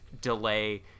delay